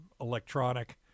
electronic